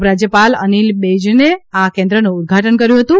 ઉપરાજ્યપાલ અનિલ બૈજલે આ કેન્દ્રનું ઉદઘાટન કર્યું હતું